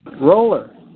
Roller